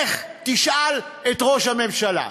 לך תשאל את ראש הממשלה.